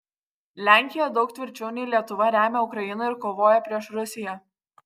lenkija daug tvirčiau nei lietuva remia ukrainą ir kovoja prieš rusiją